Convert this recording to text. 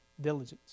diligence